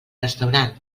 restaurant